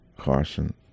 Carson